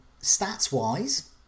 Stats-wise